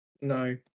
No